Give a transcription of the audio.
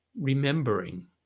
Remembering